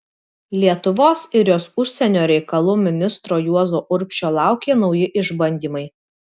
lietuvos ir jos užsienio reikalų ministro juozo urbšio laukė nauji išbandymai